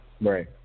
right